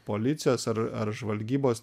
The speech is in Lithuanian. policijos ar ar žvalgybos